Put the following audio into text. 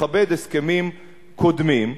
לכבד הסכמים קודמים,